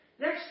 Next